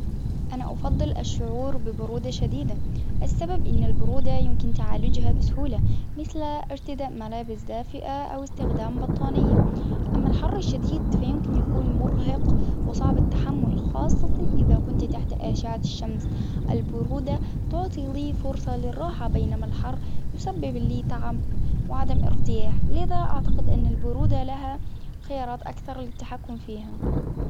أنا أفضل الشعور ببرودة شديدة، السبب أن البرودة يمكن تعالجها بسهولة مثل أرتداء ملابس دافئة أو إستخدام بطانيين، أما الحر الشديد فيمكن يكون مرهق وصعب التحمل خاصة إذا كنت تحت أشعة الشمس، البرودة تعطي لي فرصة بينما الحر يسبب اللي تعب وعدم إرتياح، لذا اعتقد أن البرودة لها خيارات أكثر للتحكم فيها.